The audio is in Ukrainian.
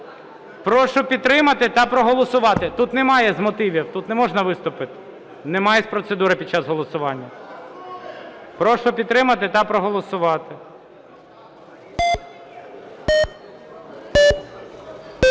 Прошу підтримати та проголосувати. Тут немає з мотивів. Тут не можна виступити. Немає з процедури під час голосування. Прошу підтримати та проголосувати.